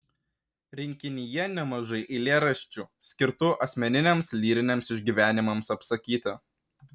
rinkinyje nemažai eilėraščių skirtų asmeniniams lyriniams išgyvenimams apsakyti